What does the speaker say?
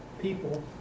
people